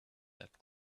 that